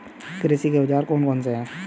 कृषि के औजार कौन कौन से हैं?